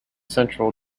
central